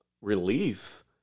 relief